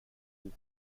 roux